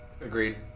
Agreed